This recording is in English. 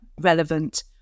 relevant